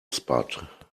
spot